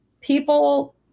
people